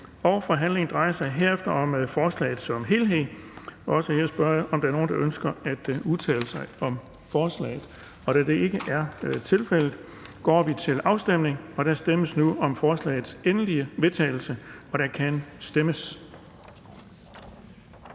Forhandlingen drejer sig herefter om forslaget som helhed. Også her spørger jeg, om der er nogen, der ønsker at udtale sig om forslaget? Da det ikke er tilfældet, går vi til afstemning. Kl. 15:51 Afstemning Den fg. formand (Erling Bonnesen): Der stemmes